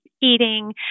eating